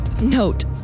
Note